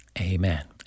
Amen